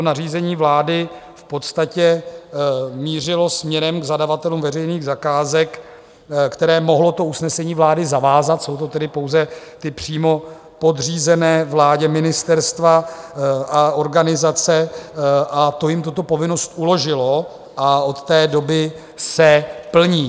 Nařízení vlády v podstatě mířilo směrem k zadavatelům veřejných zakázek, které mohlo usnesení vlády zavázat, jsou to tedy pouze ty přímo podřízené vládě ministerstva a organizace, a to jim tuto povinnost uložilo a od té doby se plní.